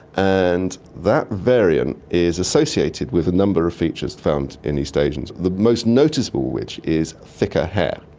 and that variant is associated with a number of features found in east asians, the most noticeable of which is thicker hair.